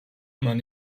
მან